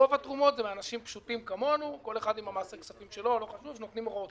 רוב התרומות הן מאנשים פשוטים כמונו שנותנים הוראות קבע.